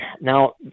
now